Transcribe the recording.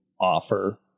offer